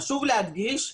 חשוב להדגיש,